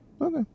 Okay